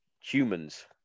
humans